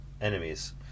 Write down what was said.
enemies